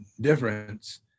difference